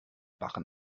barren